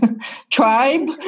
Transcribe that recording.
tribe